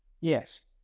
Yes